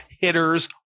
hitters